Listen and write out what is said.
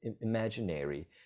imaginary